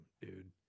dude